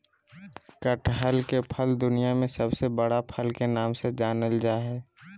कटहल के फल दुनिया में सबसे बड़ा फल के नाम से जानल जा हइ